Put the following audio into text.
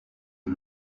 une